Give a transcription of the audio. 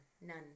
none